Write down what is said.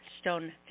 stone